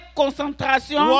concentration